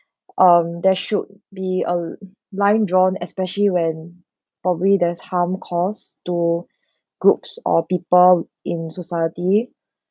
um there should be a line drawn especially when probably there's harm caused to groups or people in society